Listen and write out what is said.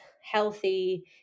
healthy